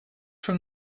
from